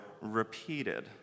repeated